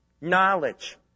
Knowledge